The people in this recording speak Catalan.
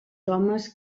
homes